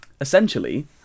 essentially